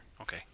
Okay